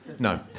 No